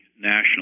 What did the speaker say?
national